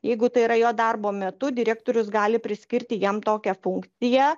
jeigu tai yra jo darbo metu direktorius gali priskirti jam tokią funkciją